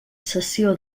cessió